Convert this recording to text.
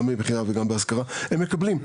גם במכירה וגם בהשכרה - הם פשוט מקבלים.